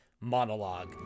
monologue